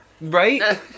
Right